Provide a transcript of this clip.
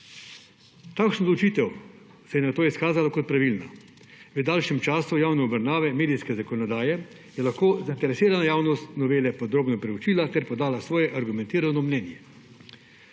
Takšna odločitev se je nato izkazala kot pravilna. V daljšem času javne obravnave medijske zakonodaje je lahko zainteresirana javnost novele podrobno preučila ter podala svoje argumentirano mnenje.